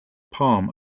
palm